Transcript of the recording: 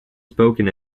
spoken